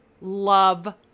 love